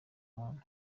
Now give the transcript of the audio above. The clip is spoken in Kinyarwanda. muntu